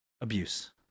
abuse